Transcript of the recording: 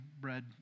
bread